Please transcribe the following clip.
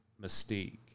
Mystique